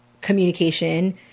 communication